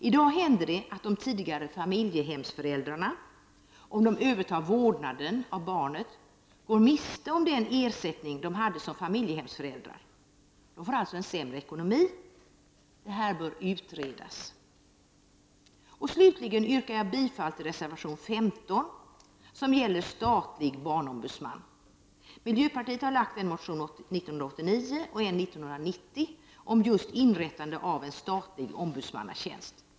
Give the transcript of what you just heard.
I dag händer det att de tidigare familjehemsföräldrarna, om de övertar vårdnaden av barnet, går miste om den ersättning som de hade som familjehemsföräldrar. De får alltså sämre ekonomi. Detta bör utredas. Slutligen yrkar jag bifall till reservation 15 som gäller statlig barnombudsman. Miljöpartiet har väckt en motion 1989 och en 1990 om just inrättande av en statlig barnombudsmannatjänst.